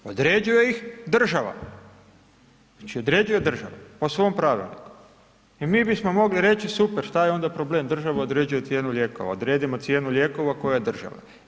Određuje ih država, znači, određuje država po svom Pravilniku i mi bismo mogli reći super, šta je onda problem, država određuje cijenu lijekova, odredimo cijenu lijekova koja je država.